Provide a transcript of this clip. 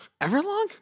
Everlong